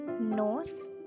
Nose